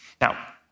Now